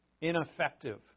ineffective